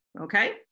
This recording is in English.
okay